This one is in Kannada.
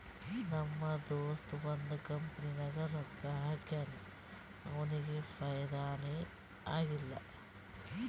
ನಮ್ ದೋಸ್ತ ಒಂದ್ ಕಂಪನಿನಾಗ್ ರೊಕ್ಕಾ ಹಾಕ್ಯಾನ್ ಅವ್ನಿಗ ಫೈದಾನೇ ಆಗಿಲ್ಲ